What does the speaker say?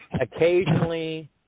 occasionally